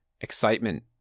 excitement